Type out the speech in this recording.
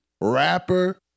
rapper